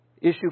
issue